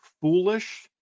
foolish